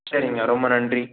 சரிங்க ரொம்ப நன்றி